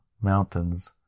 mountains